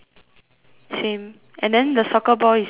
same and then the soccer ball is black and white right